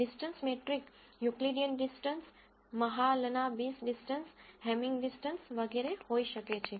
distance metric Euclidean distance Mahalanobis distance Hamming distance વગેરે હોઈ શકે છે